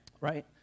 right